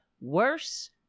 worse